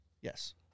Yes